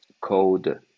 code